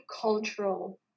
cultural